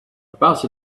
about